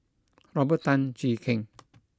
Robert Tan Jee Keng